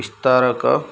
ବିସ୍ତାରକ